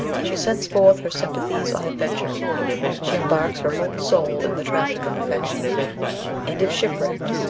she sends forth her sympathies on adventure she embarks her whole soul in the traffic of affection and, if shipwrecked,